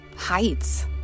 heights